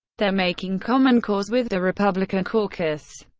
they're making common cause with the republican caucus.